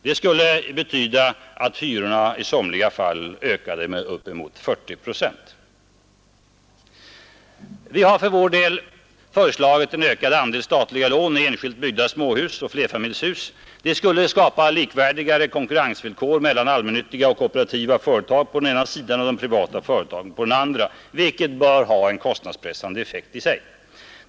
Det skulle betyda att hyrorna i somliga fall ökade med uppemot 40 procent. Vi har för vår del föreslagit en ökad andel i statliga lån i enskilt byggda småhus och flerfamiljshus. Det skulle skapa likvärdigare konkurrensvillkor mellan allmännyttiga och kooperativa företag på den ena sidan och de privata företagen på den andra, vilket bör ha en kostnadspressande effekt i sig.